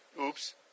Oops